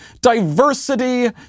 diversity